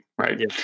right